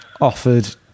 offered